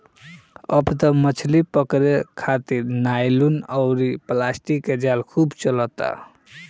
अब त मछली पकड़े खारित नायलुन अउरी प्लास्टिक के जाल खूब चलता